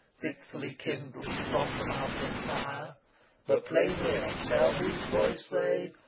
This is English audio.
fitfully kindled from the mountain pyre but plainlier shall his voice say,